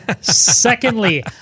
Secondly